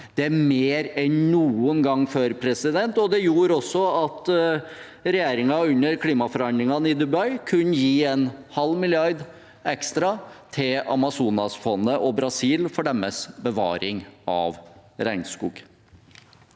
Det er mer enn noen gang før, og det gjorde også at regjeringen under klimaforhandlingene i Dubai kunne gi en halv milliard ekstra til Amazonasfondet og Brasil for deres bevaring av regnskog.